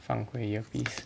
放回 earpiece